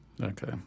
Okay